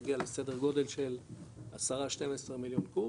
שתגיע לסדר גודל של 10-12 מיליון קוב